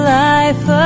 life